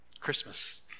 Christmas